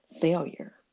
failure